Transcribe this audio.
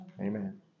Amen